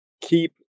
keep